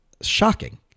shocking